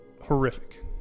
horrific